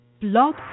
Blog